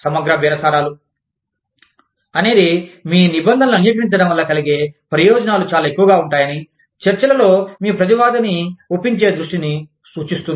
సమగ్ర బేరసారాలు అనేది మీ నిబంధనలను అంగీకరించడం వల్ల కలిగే ప్రయోజనాలు చాలా ఎక్కువగా ఉంటాయని చర్చలలో మీ ప్రతివాదిని ఒప్పించే దృష్టిని సూచిస్తుంది